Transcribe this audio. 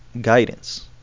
guidance